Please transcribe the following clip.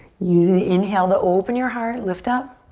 use an inhale to open your heart, lift up.